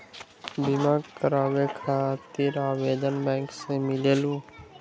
बिमा कराबे खातीर आवेदन बैंक से मिलेलु?